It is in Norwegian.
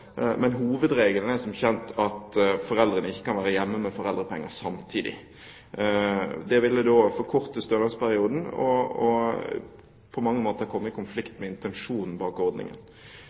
men hovedregelen er, som kjent, at foreldrene ikke kan være hjemme med foreldrepenger samtidig. Det ville forkorte stønadsperioden og på mange måter komme i konflikt med intensjonen bak ordningen.